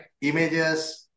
Images